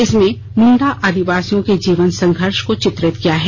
इसमें उन्होंने मुंडा आदिवासियों के जीवन संघर्ष को चित्रित किया है